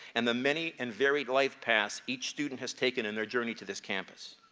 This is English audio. and the many and varied life paths each student has taken in their journey to this campus.